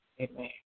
Amen